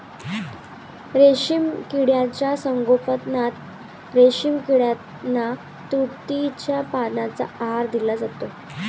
रेशीम किड्यांच्या संगोपनात रेशीम किड्यांना तुतीच्या पानांचा आहार दिला जातो